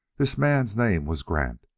this man's name was grant,